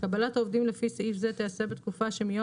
קבלת העובדים לפי סעיף זה תיעשה בתקופה שמיום